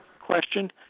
question